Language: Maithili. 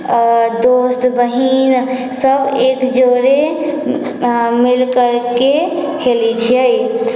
दोस्त बहिन सब एक जोरे मिलि करिके खेलै छिए